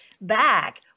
back